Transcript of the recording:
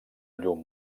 llum